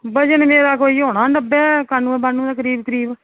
वजन मेरा होना कोई नब्बे कानुए बानुए दे करीब करीब